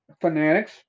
fanatics